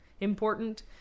important